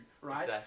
right